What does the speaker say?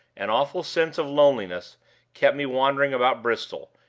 an awful sense of loneliness kept me wandering about bristol,